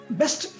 best